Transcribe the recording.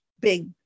big